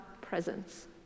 presence